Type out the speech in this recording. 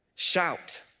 Shout